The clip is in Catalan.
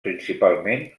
principalment